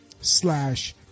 slash